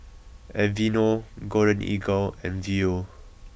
Aveeno Golden Eagle and Viu